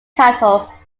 cattle